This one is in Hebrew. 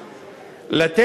למשל,